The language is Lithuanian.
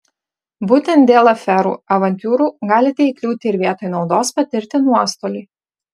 būtent dėl aferų avantiūrų galite įkliūti ir vietoj naudos patirti nuostolį